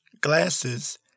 glasses